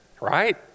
right